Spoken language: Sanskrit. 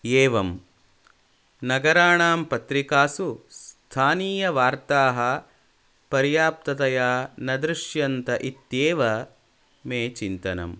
एवं नगराणां पत्रिकासु स्थानीयवार्ताः पर्याप्ततया न दृष्यन्त इत्येव मे चिन्तनं